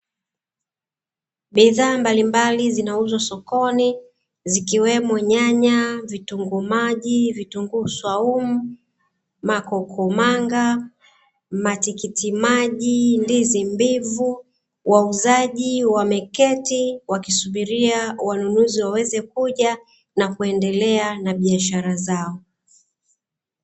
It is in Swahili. Bidhaa mbalimbali zinauzwa sokoni, zikiwemo: nyanya, vitunguu maji, vitunguu swaumu, makokomanga, matikiti maji, ndizi mbivu, wauzaji wameketi wakisubiri wanunuzi waweze kuja na kuendelea na biashara zao.